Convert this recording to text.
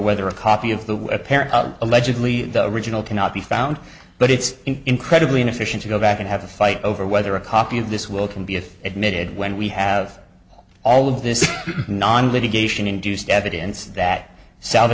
whether a copy of the apparent allegedly the original cannot be found but it's incredibly inefficient to go back and have a fight over whether a copy of this will can be if admitted when we have all of this non litigation induced evidence that s